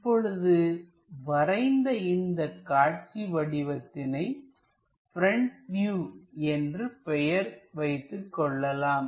இப்பொழுது வரைந்த இந்தப் காட்சி வடிவத்தினை ப்ரெண்ட் வியூ என்று பெயர் வைத்துக் கொள்ளலாம்